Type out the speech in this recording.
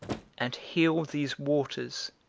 and heal these waters,